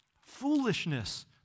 Foolishness